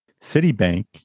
Citibank